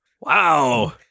Wow